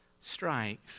strikes